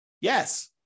Yes